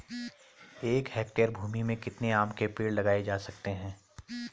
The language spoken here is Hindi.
एक हेक्टेयर भूमि में कितने आम के पेड़ लगाए जा सकते हैं?